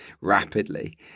rapidly